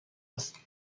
است